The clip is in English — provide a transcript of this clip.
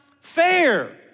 fair